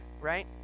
right